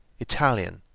italian,